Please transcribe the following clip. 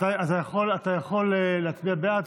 אתה יכול להצביע בעד,